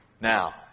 Now